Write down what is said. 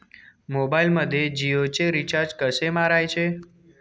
मोबाइलमध्ये जियोचे रिचार्ज कसे मारायचे?